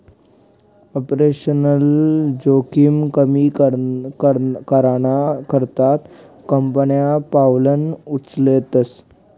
operational जोखिम कमी कराना करता कंपन्या पावलं उचलतस